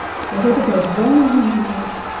whatever goes wrong in human life,